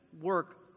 work